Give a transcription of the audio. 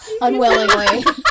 Unwillingly